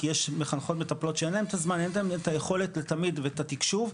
כי יש מחנכות-מטפלות שאין להן את הזמן ואת היכולת תמיד ואת התקשוב,